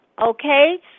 Okay